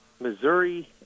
Missouri